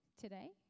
today